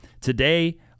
Today